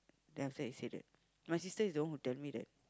and after that he say that my sister was the one who tell me that